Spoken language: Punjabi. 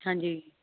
ਹਾਂਜੀ